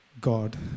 God